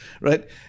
right